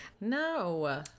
No